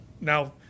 now